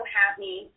happy